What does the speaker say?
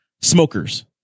smokers